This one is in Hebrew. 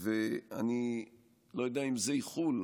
ואני לא יודע אם זה איחול,